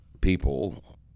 people